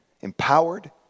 empowered